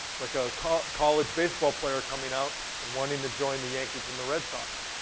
like a college college baseball player coming out and wanting to join the yankees and the red sox,